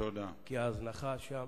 כי ההזנחה שם